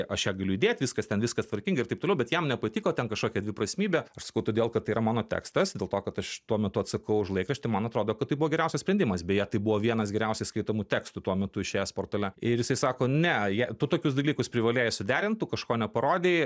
aš ją galiu įdėt viskas ten viskas tvarkingai ir taip toliau bet jam nepatiko ten kažkokia dviprasmybė aš sakau todėl kad tai yra mano tekstas dėl to kad aš tuo metu atsakau už laikraštį man atrodo kad tai buvo geriausias sprendimas beje tai buvo vienas geriausiai skaitomų tekstų tuo metu išėjęs portale ir jisai sako ne je tu tokius dalykus privalėjai suderint tu kažko neparodei